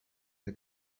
que